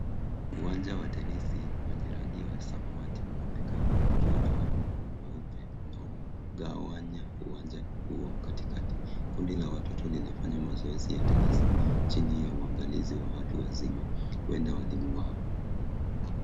Uwanja wa tenisi, wenye rangi ya samawati unaonekana ukiwa na wavu mweupe unaogawanya uwanja huo katikati. Kundi la watoto linafanya mazoezi ya tenisi chini ya uangalizi wa watu wazima, huenda walimu wao.